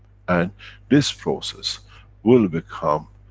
and this process will become,